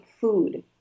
food